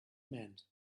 meant